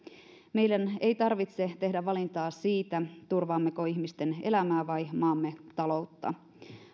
meidän ei tarvitse tehdä valintaa siitä turvaammeko ihmisten elämää vai maamme taloutta